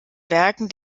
werken